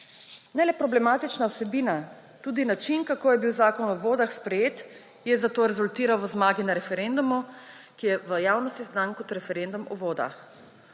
Ne le problematična vsebina, tudi način, kako je bil zakon o vodah sprejet, je zato rezultiral v zmagi na referendumu, ki je v javnosti znan kot referendum o vodah.